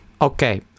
Okay